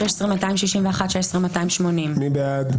16,041 עד 16,060. מי בעד?